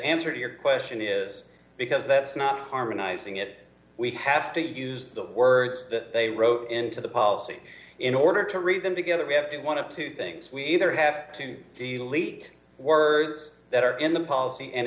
answer to your question is because that's not harmonizing it we have to use the words that they wrote into the policy in order to read them together we have to want to two things we either have to do you leet words that are in the policy and